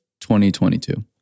2022